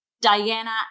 Diana